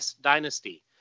dynasty